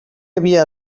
havia